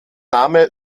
name